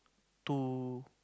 too